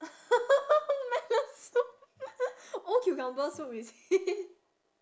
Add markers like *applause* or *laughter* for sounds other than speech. *laughs* melon soup *laughs* old cucumber soup is *laughs* it